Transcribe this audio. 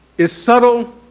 is subtle,